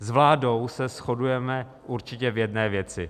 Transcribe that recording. S vládou se shodujeme určitě v jedné věci.